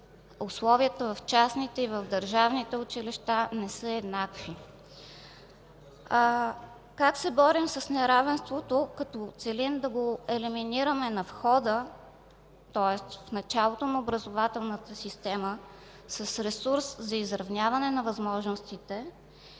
условията в частните и в държавните училища не са еднакви. Как се борим с неравенството като целим да го елиминираме на входа, тоест в началото на образователната система, с ресурс за изравняване на възможностите,